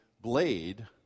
blade